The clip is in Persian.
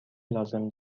لازم